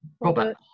Robert